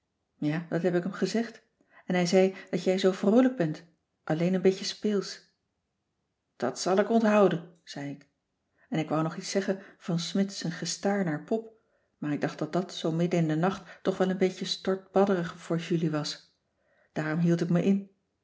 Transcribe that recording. ja dat heb ik hem gezegd en hij zei dat jij zoo vroolijk bent alleen een beetje speelsch dat zal ik onthouden zei ik en ik wou nog iets zeggen van smidt z'n gestaar naar pop maar ik dacht dat dat zoo midden in den nacht toch wel een beetje stortbadderig voor julie was daarom hield ik me in